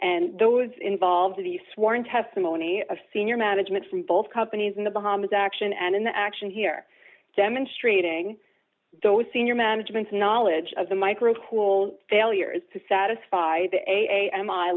and those involved the sworn testimony of senior management from both companies in the bahamas action and in the action here demonstrating those senior management knowledge of the micro cool failures to satisfy the am i